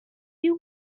you